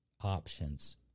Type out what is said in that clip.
options